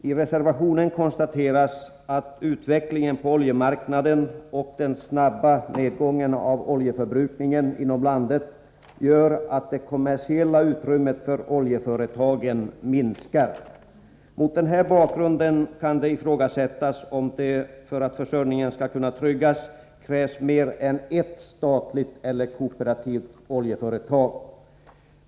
I reservationen konstateras att utvecklingen på oljemarknaden och den snabba nedgången av oljeförbrukningen inom landet gör att det kommersiella utrymmet för oljeföretagen minskar. Mot den här bakgrunden kan det ifrågasättas om det, för att försörjningen skall kunna tryggas, krävs mer än ett statligt eller kooperativt oljeföretag.